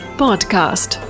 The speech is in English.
podcast